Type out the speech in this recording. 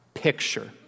picture